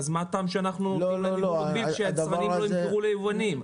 אז מה הטעם שאנחנו אם אתם אומרים שהיצרנים לא ימכרו ליבואנים.